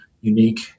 unique